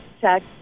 check